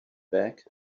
back